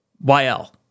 Y-L